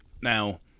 now